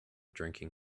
drinking